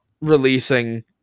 releasing